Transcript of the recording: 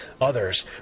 Others